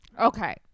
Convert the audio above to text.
okay